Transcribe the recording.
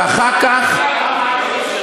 ואחר כך, איך?